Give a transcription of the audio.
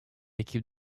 équipe